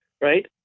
right